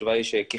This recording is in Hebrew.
התשובה היא שככלל,